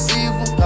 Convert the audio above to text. evil